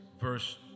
verse